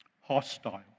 Hostile